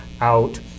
out